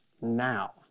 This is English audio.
now